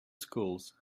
schools